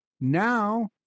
now